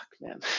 man